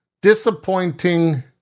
disappointing